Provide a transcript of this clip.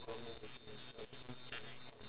my mum